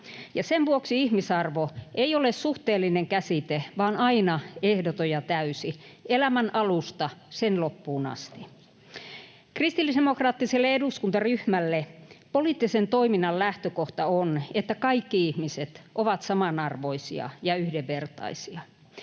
Sen vuoksi ihmisarvo ei ole suhteellinen käsite, vaan aina ehdoton ja täysi, elämän alusta sen loppuun asti. Kristillisdemokraattiselle eduskuntaryhmälle poliittisen toiminnan lähtökohta on, että kaikki ihmiset ovat samanarvoisia ja yhdenvertaisia.